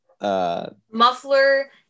muffler